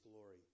glory